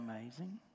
amazing